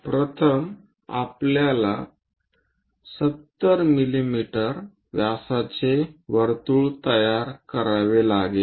प्रथम आपल्याला 70 मिमी व्यासाचे वर्तुळ तयार करावे लागेल